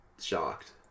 shocked